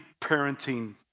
parenting